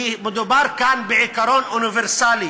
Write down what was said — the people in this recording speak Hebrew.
כי מדובר כאן בעיקרון אוניברסלי,